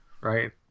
Right